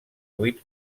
vuit